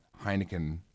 Heineken